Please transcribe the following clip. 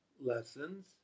lessons